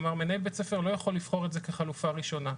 כלומר מנהל בית ספר לא יכול לבחור את זה כחלופה ראשונה.